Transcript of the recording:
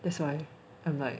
that's why I'm like